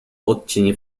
odcień